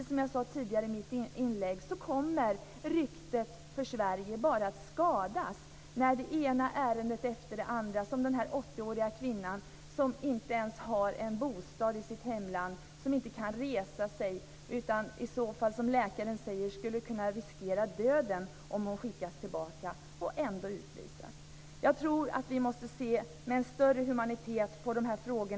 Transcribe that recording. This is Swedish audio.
Som jag sade i mitt tidigare inlägg kommer Sveriges rykte att skadas när det ena ärendet efter det andra dyker upp. Se t.ex. på den 80-åriga kvinnan som i sitt hemland inte ens har en bostad! Hon kan inte resa sig och skulle, som läkaren säger, riskera döden om hon skickas tillbaka. Ändå utvisas hon. Jag tror att vi måste se med större humanitet på dessa frågor.